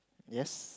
yes